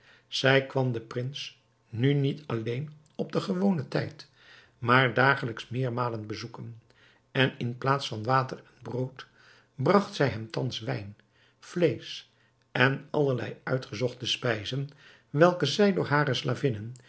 zij kwam den prins nu niet alleen op den gewonen tijd maar dagelijks meermalen bezoeken en in plaats van water en brood bragt zij hem thans wijn vleesch en allerlei uitgezochte spijzen welke zij door hare slavinnen